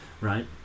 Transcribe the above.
right